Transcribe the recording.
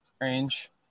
range